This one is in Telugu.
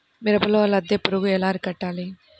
మిరపలో లద్దె పురుగు ఎలా అరికట్టాలి?